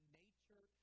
nature